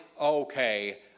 okay